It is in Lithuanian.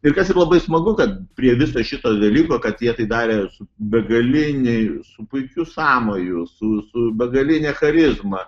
ir kas yra labai smagu kad prie viso šito dalyko kad jie tai darė su begaliniai su puikiu sąmoju su su begaline charizma